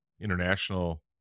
international